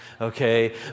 Okay